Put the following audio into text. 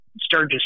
Sturgis